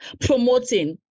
promoting